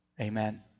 Amen